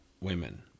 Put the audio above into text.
women